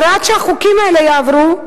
הרי עד שהחוקים האלה יעברו,